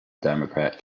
democrat